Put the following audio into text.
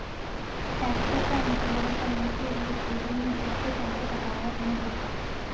पैसों का इंतजाम करने के लिए गोविंद ने सबसे पहले बकाया ऋण देखा